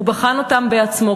הוא בחן אותם בעצמו,